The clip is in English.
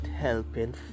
helping